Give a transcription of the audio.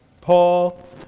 Paul